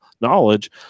knowledge